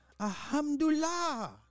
Alhamdulillah